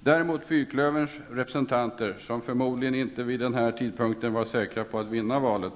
Däremot lovade fyrklöverns representanter, som förmodligen inte vid den tidpunkten var säkra på att vinna valet,